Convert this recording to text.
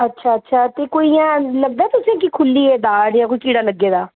अच्छा अच्छा ते कोई इयां लगदा तुसें की खुल्ली ऐ दाड़ जां कोई कीड़ा लग्गे दा